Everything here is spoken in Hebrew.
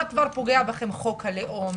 מה כבר פוגע בכם חוק הלאום?